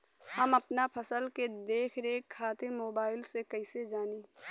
हम अपना फसल के देख रेख खातिर मोबाइल से कइसे जानी?